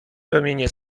promienie